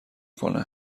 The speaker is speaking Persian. کنه